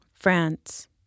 France